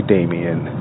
Damien